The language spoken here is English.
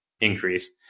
increase